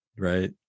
Right